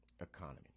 economy